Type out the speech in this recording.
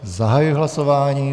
Zahajuji hlasování.